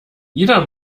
jeder